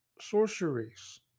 sorceries